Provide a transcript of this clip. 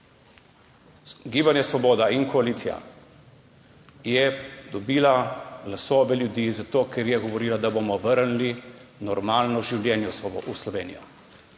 Gibanje Svoboda in koalicija sta dobila glasove ljudi zato, ker smo govorili, da bomo vrnili normalno življenje v Slovenijo.